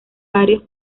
varios